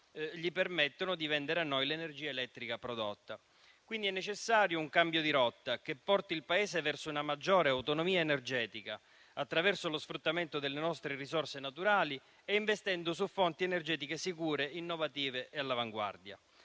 gli permettono di vendere a noi l'energia elettrica prodotta. È necessario quindi un cambio di rotta che porti il Paese verso una maggiore autonomia energetica attraverso lo sfruttamento delle nostre risorse naturali e investendo su fonti energetiche sicure, innovative e all'avanguardia.